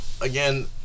again